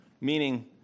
meaning